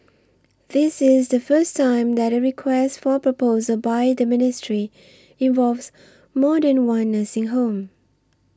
this is the first time that a Request for Proposal by the ministry involves more than one nursing home